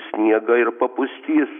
sniegą ir papustys